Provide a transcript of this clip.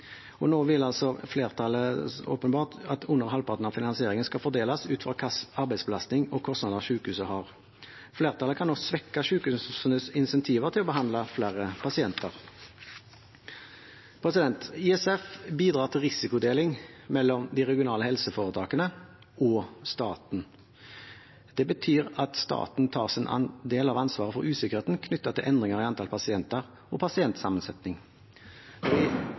og nå vil altså flertallet åpenbart at under halvparten av finansieringen skal fordeles ut fra hva slags arbeidsbelastning og kostnader sykehuset har. Flertallet kan nå svekke sykehusenes incentiver til å behandle flere pasienter. ISF bidrar til risikodeling mellom de regionale helseforetakene og staten. Det betyr at staten tar sin del ansvaret for usikkerheten knyttet til endringer i antall pasienter og pasientsammensetning.